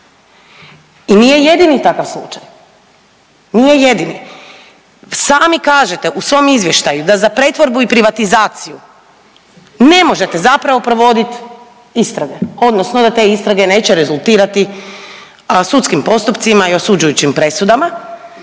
I nije jedini takav slučaj, nije jedini. Sami kažete u svom izvještaju da za pretvorbu i privatizaciju ne možete zapravo provodit istrage odnosno da te istrage neće rezultirati sudskim postupcima i osuđujućim presudama